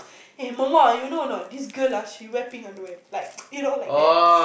eh mo mo ah you know or not this girl ah she wear pink underwear you know like that